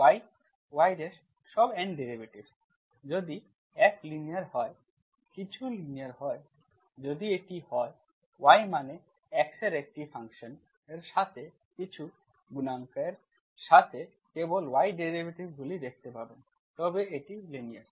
yy সব N derivatives যদি F linear হয় কিছু লিনিয়ার হয় যদি এটি হয় y মানে x এর একটি ফাংশন এর সাথে কিছু গুণাঙ্কের সাথে কেবল y ভ্যারিয়েবলগুলি দেখতে পাবেন তবে এটি লিনিয়ার